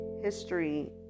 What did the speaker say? history